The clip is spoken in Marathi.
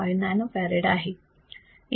5 nano farad आहे